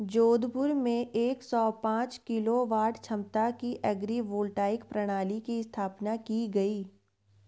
जोधपुर में एक सौ पांच किलोवाट क्षमता की एग्री वोल्टाइक प्रणाली की स्थापना की गयी